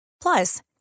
Plus